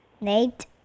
Nate